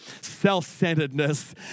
self-centeredness